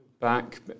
back